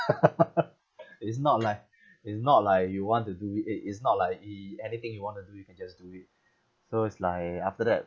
it's not like it's not like you want to do it eh it's not like he anything you want to do it you just do it so it's like after that